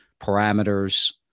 parameters